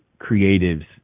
creatives